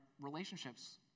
relationships